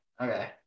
Okay